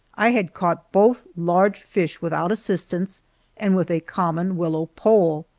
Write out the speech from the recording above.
i had caught both large fish without assistance and with a common willow pole.